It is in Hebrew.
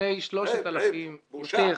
לפני 3,000 שנים,